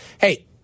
Hey